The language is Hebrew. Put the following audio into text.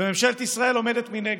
וממשלת ישראל עומדת מנגד.